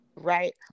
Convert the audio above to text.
Right